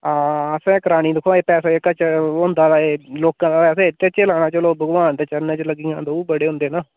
हां असें करानी दिक्खो ऐ पैसे जेह्का च होंदा ऐ लोकां दा ते चलो भगवान दे चरणें च लग्गी जान तां ओह् बड़े होंदे ना